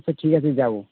আচ্ছা ঠিক আছে যাবো